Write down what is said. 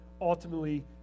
ultimately